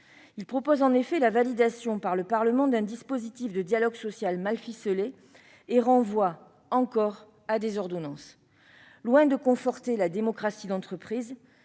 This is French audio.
Il propose en effet la validation par le Parlement d'un dispositif de dialogue social mal ficelé, et renvoie - une fois encore - à des ordonnances ! Loin de conforter la démocratie d'entreprise,